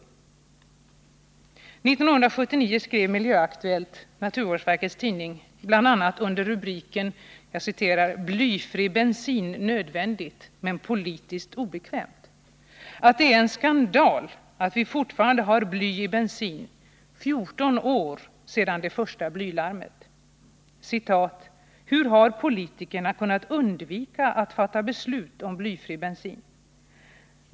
1979 skrev Miljöaktuellt — naturvårdsverkets tidning — bl.a. under rubriken ”Blyfri bensin nödvändigt men politiskt obekvämt” att det är en skandal att vi fortfarande har bly i bensin, fjorton år efter det första blylarmet: ”Hur har politikerna kunnat undvika att fatta beslut om blyfri bensin?